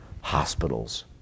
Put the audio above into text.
Hospitals